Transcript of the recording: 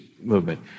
movement